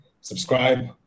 subscribe